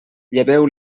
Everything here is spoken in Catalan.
lleveu